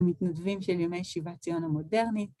מתנדבים של ימי שיבת ציון המודרני.